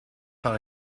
par